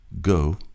Go